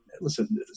listen